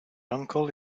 uncle